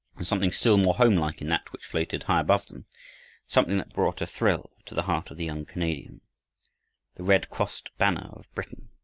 something still more homelike in that which floated high above them something that brought a thrill to the heart of the young canadian the red-crossed banner of britain!